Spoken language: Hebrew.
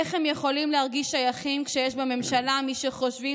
איך הם יכולים להרגיש שייכים כשיש בממשלה מי שחושבים